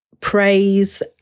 praise